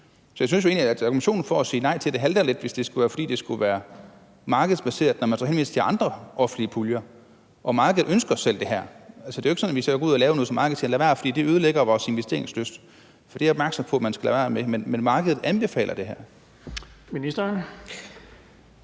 Så jeg synes egentlig, at argumentationen for at sige nej til det halter lidt, hvis det skulle være, fordi det skal være markedsbaseret, når man så henviser til andre offentlige puljer. Og markedet ønsker selv det her. Det er jo ikke sådan, at vi så går ud og laver noget, hvor markedet så siger: Lad være, for det ødelægger vores investeringslyst. Det er jeg opmærksom på at man skal lade være med. Men markedet anbefaler det her.